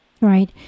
Right